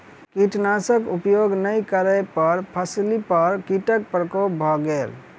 कीटनाशक उपयोग नै करै पर फसिली पर कीटक प्रकोप भ गेल